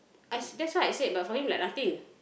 I s~ that's why I said but for him like nothing